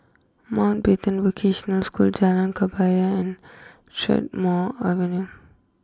Mountbatten Vocational School Jalan Kebaya and Strathmore Avenue